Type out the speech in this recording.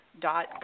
dot